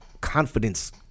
confidence